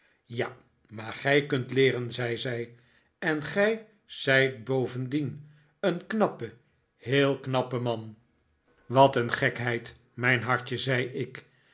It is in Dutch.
ja maar gij kunt leeren zei zij en gij zijt bovendien een knappe heel knappe man david copperfield wat een gekheid mijn hartje zei ik